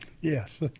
Yes